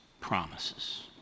promises